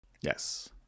Yes